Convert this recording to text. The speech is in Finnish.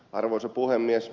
arvoisa puhemies